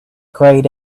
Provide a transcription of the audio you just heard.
grayed